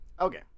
Okay